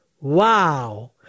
wow